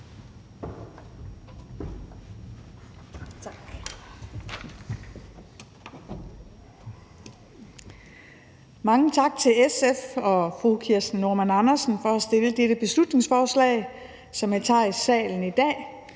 Mange tak til SF og fru Kirsten Normann Andersen for at fremsætte dette beslutningsforslag, som jeg tager i salen i dag